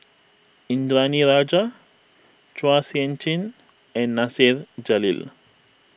Indranee Rajah Chua Sian Chin and Nasir Jalil